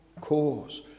cause